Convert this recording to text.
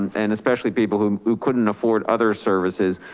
and especially people who who couldn't afford other services,